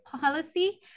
policy